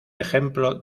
ejemplo